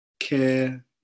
care